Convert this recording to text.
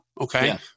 Okay